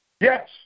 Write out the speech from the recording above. Yes